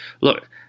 look